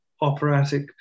operatic